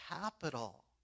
capital